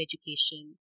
education